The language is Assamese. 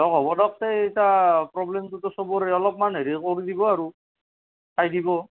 দিয়ক হ'ব দিয়ক এই এতিয়া প্ৰব্লেমটোতো চবৰে অলপমান হেৰি কৰি দিব আৰু চাই দিব